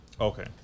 Okay